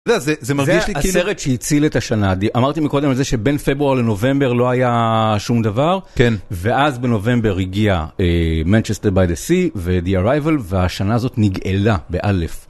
זה מרגיש לי כנראה שהציל את השנה, אמרתי מקודם את זה שבין פברואר לנובמבר לא היה שום דבר כן ואז בנובמבר הגיע Manchester by the Sea ו-The Arrival והשנה הזאת נגאלה באלף